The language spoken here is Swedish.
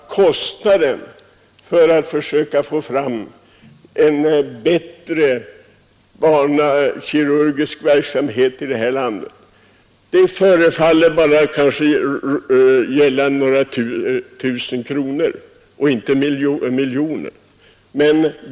Kostnaden för att få till stånd en bättre barnkirurgisk verksamhet i det här landet kanske bara gäller några tusen kronor, och inte miljoner.